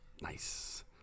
Nice